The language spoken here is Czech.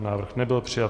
Návrh nebyl přijat.